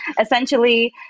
Essentially